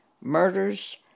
murders